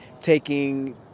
taking